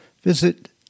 visit